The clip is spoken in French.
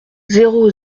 zéro